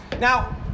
Now